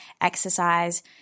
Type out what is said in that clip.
exercise